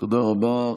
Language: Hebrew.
תודה רבה.